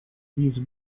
these